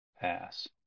pass